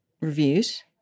reviews